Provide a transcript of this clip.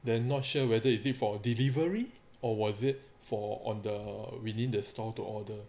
they're not sure whether is it for delivery or was it for on the within the store to order